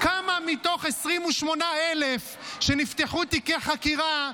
כמה מתוך 28,000 שנפתחו תיקי חקירה,